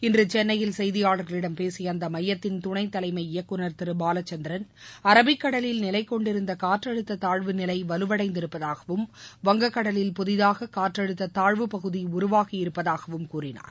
இன்று சென்னையில் செய்தியாளர்களிடம் பேசிய அந்த மையத்தின் துணை தலைமை இயக்குநர் திரு பாலச்சந்திரன் அரபிக் கடலில் நிலை கொண்டிருந்த காற்றழுத்த தாழ்வு நிலை வலுவடைந்து இருப்பதாகவும் வங்கக் கடலில் புதிதாக காற்றழுத்த தாழ்வுப் பகுதி உருவாகியிருப்பதாகவும் கூறினார்